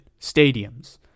stadiums